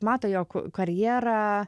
mato jog karjera